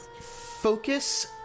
Focus